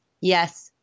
Yes